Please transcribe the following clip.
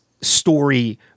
story